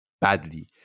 badly